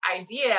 idea